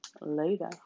later